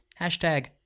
Hashtag